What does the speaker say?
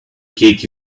cake